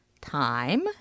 time